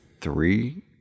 three